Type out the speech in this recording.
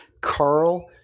Carl